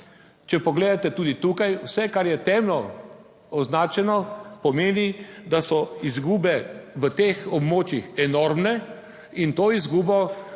Če pogledate tudi tukaj vse, kar je temno označeno, pomeni, da so izgube v teh območjih enormne in to izgubo